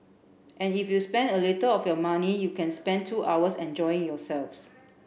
and if you spend a little of your money you can spend two hours enjoying yourselves